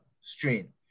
strain